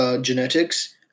Genetics